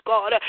God